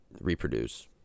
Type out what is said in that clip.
Reproduce